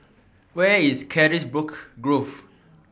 Where IS Carisbrooke Grove